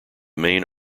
main